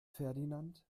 ferdinand